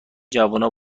جوونا